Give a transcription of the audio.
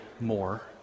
more